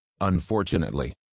unfortunately